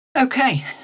Okay